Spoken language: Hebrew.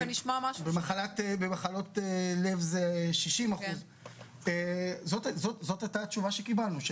במחלות לב 60% - זאת הייתה התשובה שקיבלנו.